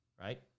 Right